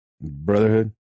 Brotherhood